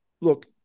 look